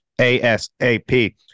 ASAP